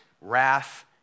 wrath